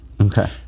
Okay